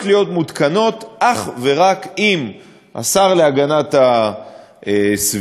להיות מותקנות אך ורק אם השר להגנת הסביבה,